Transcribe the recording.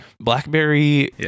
blackberry